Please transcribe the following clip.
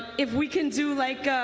if we can do like,